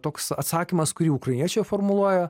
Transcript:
toks atsakymas kurį ukrainiečiai formuluoja